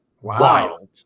wild